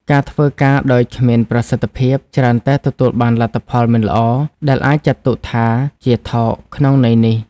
ការធ្វើការដោយគ្មានប្រសិទ្ធភាព ច្រើនតែទទួលបានលទ្ធផលមិនល្អ ដែលអាចចាត់ទុកថាជា "ថោក" ក្នុងន័យនេះ។